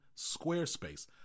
squarespace